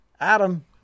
Adam